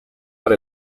por